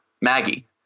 Maggie